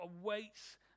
awaits